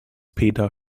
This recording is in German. peter